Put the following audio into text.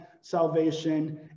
salvation